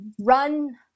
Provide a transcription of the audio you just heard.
run